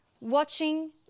watching